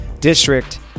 District